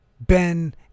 ben